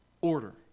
Order